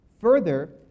Further